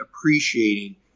appreciating